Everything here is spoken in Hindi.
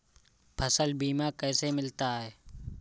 फसल बीमा कैसे मिलता है?